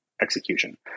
execution